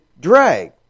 drag